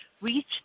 reach